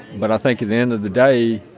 but i think at the end of the day,